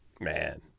man